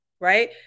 Right